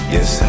Yes